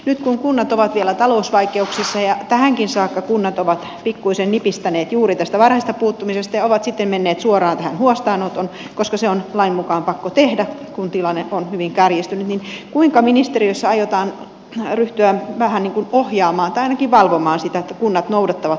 nyt kun kunnat ovat vielä talousvaikeuksissa ja tähänkin saakka kunnat ovat pikkuisen nipistäneet juuri tästä varhaisesta puuttumisesta ja ovat sitten menneet suoraan tähän huostaanottoon koska se on lain mukaan pakko tehdä kun tilanne on hyvin kärjistynyt niin kuinka ministeriössä aiotaan ryhtyä vähän niin kuin ohjaamaan tai ainakin valvomaan sitä että kunnat noudattavat lain henkeä